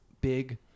big